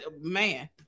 Man